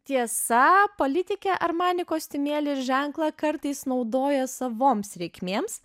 tiesa politikė armani kostiumėlį ir ženklą kartais naudoja savoms reikmėms